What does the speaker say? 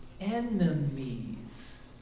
Enemies